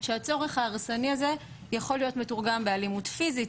שהצורך ההרסני הזה יכול להיות מתורגם באלימות פיזית,